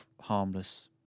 harmless